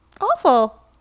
awful